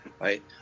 Right